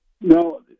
No